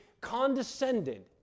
condescended